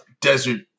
desert